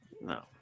No